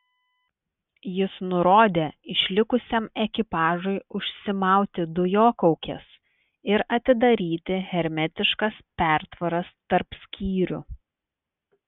jis nurodė išlikusiam ekipažui užsimauti dujokaukes ir atidaryti hermetiškas pertvaras tarp skyrių